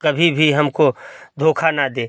कभी भी हमको धोखा न दे